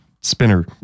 spinner